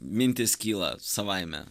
mintys kyla savaime